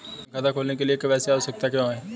Bank खाता खोलने के लिए के.वाई.सी आवश्यकताएं क्या हैं?